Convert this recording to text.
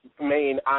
main